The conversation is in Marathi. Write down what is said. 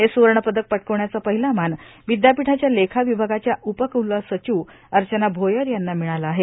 हे स्वर्ण पदक प कावण्याचा पहिला मान विद्यापीठाच्या लेखा विभागाच्या उपक्लसचिव अर्चना भोयर यांना मिळाला आहे